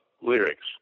lyrics